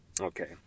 okay